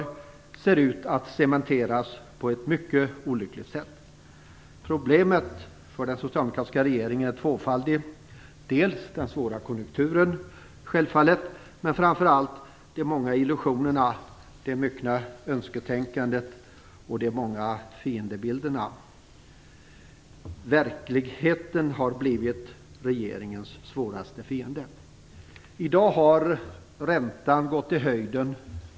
Den ser ut att cementeras på ett mycket olyckligt sätt. Problemet för den socialdemokratiska regeringen är tvåfaldigt. Det handlar självfallet om den svåra konjunkturen men framför allt om de många illusionerna, det myckna önsketänkandet och de många fiendebilderna. Verkligheten har blivit regeringens svåraste fiende. I dag har räntan gått i höjden.